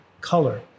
color